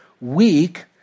weak